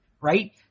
right